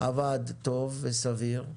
עבד טוב וסביר,